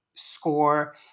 score